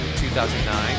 2009